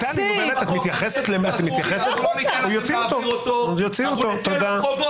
לא ניתן לכם להעביר אותו, אנחנו נצא לרחובות.